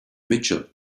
mitchell